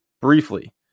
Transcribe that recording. briefly